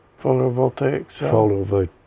Photovoltaic